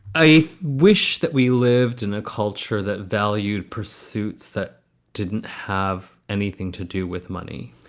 i wish that we lived in a culture that valued pursuits that didn't have anything to do with money.